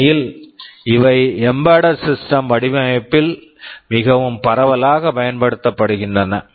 உண்மையில் இவை embedded system embedded system வடிவமைப்பில் மிகவும் பரவலாகப் பயன்படுத்தப்படுகின்றன